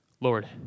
Lord